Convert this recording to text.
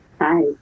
Hi